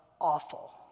awful